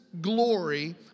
glory